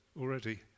already